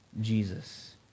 Jesus